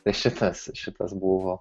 šitas šitas buvo